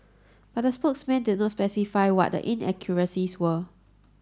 but the spokesman did not specify what the inaccuracies were